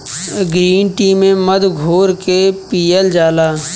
green tea में मध घोर के पियल जाला